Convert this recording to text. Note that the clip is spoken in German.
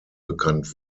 bekannt